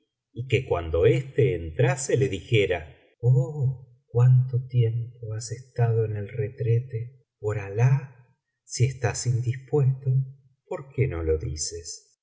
y que cuando éste entrase le dijera oh cuánto tiempo has estado en el retrete por alah si estás indispuesto por qué no lo dices